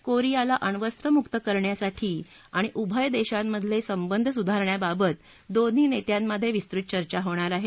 कोरियाला अण्वस्त्रमुक्त करण्यासाठी आणि उभय देशांमधले संबंध सुधारण्याबाबत दोन्ही नेत्यांमध्ये विस्तृत चर्चा होणार आहे